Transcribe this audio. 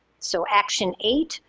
so action eight,